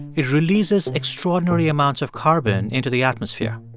it releases extraordinary amounts of carbon into the atmosphere.